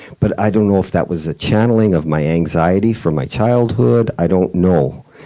but i don't know if that was a channeling of my anxiety from my childhood. i don't know,